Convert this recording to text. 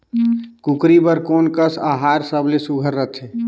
कूकरी बर कोन कस आहार सबले सुघ्घर रथे?